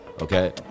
Okay